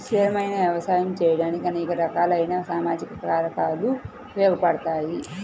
స్థిరమైన వ్యవసాయం చేయడానికి అనేక రకాలైన సామాజిక కారకాలు ఉపయోగపడతాయి